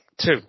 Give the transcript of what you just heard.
Two